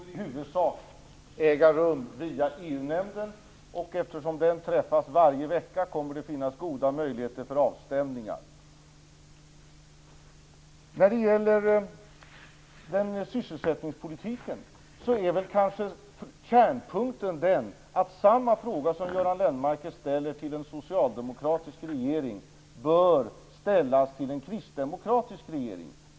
Herr talman! Samråd kommer i huvudsak att äga rum via EU-nämnden. Eftersom den träffas varje vecka kommer det att finnas goda möjligheter till avstämningar. När det gäller sysselsättningspolitiken är väl kärnpunkten att samma fråga som Göran Lennmarker ställer till en socialdemokratisk regering bör ställas till en kristdemokratisk regering.